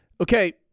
Okay